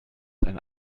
ein